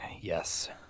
Yes